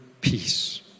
peace